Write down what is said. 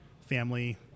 family